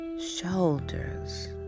shoulders